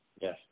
Yes